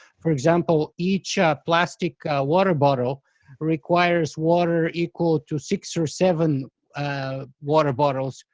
for example each ah plastic water bottle requires water equal to six or seven ah water bottles.